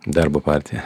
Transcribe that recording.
darbo partija